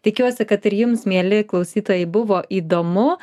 tikiuosi kad ir jums mieli klausytojai buvo įdomu